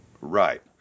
Right